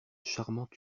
charmante